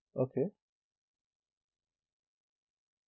okay